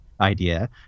idea